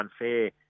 unfair